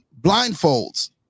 blindfolds